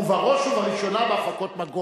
ובראש ובראשונה בהפקות מקור,